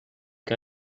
que